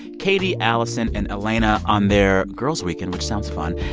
katie, allison, and elena on their girls' weekend, which sounds fun,